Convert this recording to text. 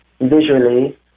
visually